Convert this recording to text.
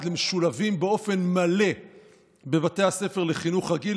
למשולבים באופן מלא בבתי הספר לחינוך רגיל.